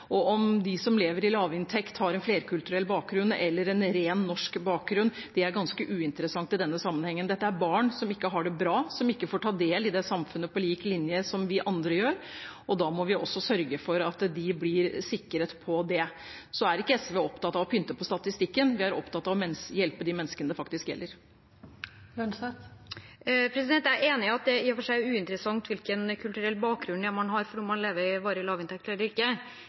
Om de som lever med lavinntekt, har en flerkulturell bakgrunn eller en ren norsk bakgrunn, er ganske uinteressant i denne sammenhengen. Dette er barn som ikke har det bra, som ikke får ta del i samfunnet på lik linje med andre, og da må vi sørge for at de blir sikret når det gjelder det. Så er ikke SV opptatt av å pynte på statistikken; vi er opptatt av å hjelpe de menneskene det faktisk gjelder. Jeg er enig i at det i og for seg er uinteressant hvilken kulturell bakgrunn man har, om man lever med varig lavinntekt eller ikke.